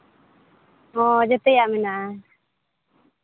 ᱦᱚᱸ ᱡᱮᱛᱮᱭᱟᱜ ᱢᱮᱱᱟᱜᱼᱟ